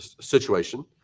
situation